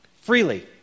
freely